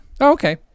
Okay